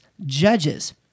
judges